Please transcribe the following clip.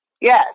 Yes